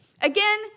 Again